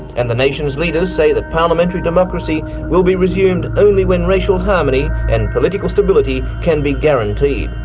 and the nation's leaders say that parliamentary democracy will be resumed only when racial harmony and political stability can be guaranteed.